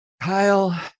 Kyle